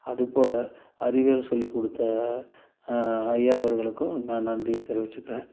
அதுபோல அறிவியல் சொல்லிக்கொடுத்த ஐயா அவர்களுக்கும் நான் நன்றியை தெரிவித்துக்கிறேன்